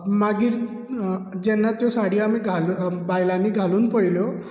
मागीर जेन्ना त्यो साडयो घालून बायलांनी घालून पयल्यो